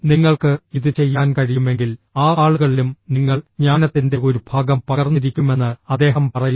നിങ്ങൾക്ക് ഇത് ചെയ്യാൻ കഴിയുമെങ്കിൽ ആ ആളുകളിലും നിങ്ങൾ ജ്ഞാനത്തിന്റെ ഒരു ഭാഗം പകർന്നിരിക്കുമെന്ന് അദ്ദേഹം പറയുന്നു